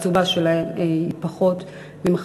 הקצובה שלהן היא פחות ממחצית.